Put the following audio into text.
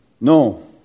No